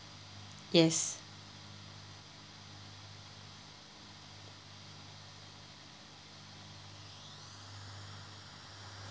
yes